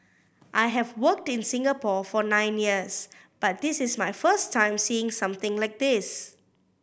I have worked in Singapore for nine years but this is my first time seeing something like this